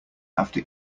after